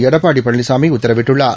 எடப்பாடி பழனிசாமி உத்தரவிட்டுள்ளார்